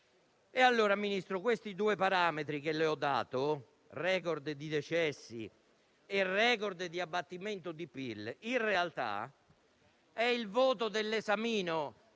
pagine. Ministro, questi due parametri che le ho dato (*record* di decessi e *record* di abbattimento di PIL) in realtà sono il voto dell'esamino